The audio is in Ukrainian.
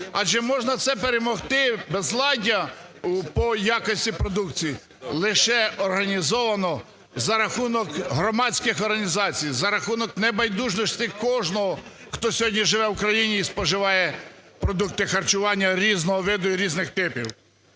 адже можна це перемоги безладдя по якості продукції лише організовано за рахунок громадських організацій, за рахунок небайдужості кожного, хто сьогодні живе в Україні і споживає продукти харчування різного виду і різних типів.